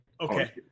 Okay